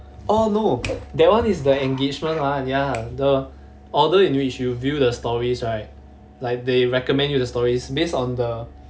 oh no that one is the engagement one ya the order in which you view the stories right like they recommend you to stories based on the